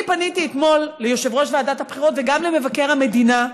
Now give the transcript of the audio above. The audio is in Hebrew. אני פניתי אתמול ליושב-ראש ועדת הבחירות וגם למבקר המדינה,